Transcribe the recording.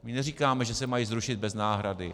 My neříkáme, že se mají zrušit bez náhrady.